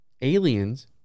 Aliens